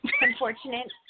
Unfortunate